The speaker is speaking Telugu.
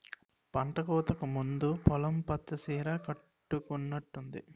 పంటకోతకు ముందు పొలం పచ్చ సీర కట్టుకునట్టుంది